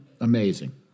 amazing